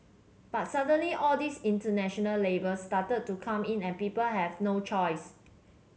but suddenly all these international labels started to come in and people have no choice